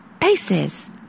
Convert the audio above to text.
paces